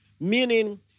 Meaning